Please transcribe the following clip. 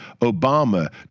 Obama